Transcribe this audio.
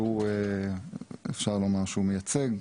שאפשר לומר שהוא מייצג,